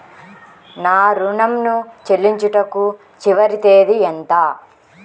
నా ఋణం ను చెల్లించుటకు చివరి తేదీ ఎంత?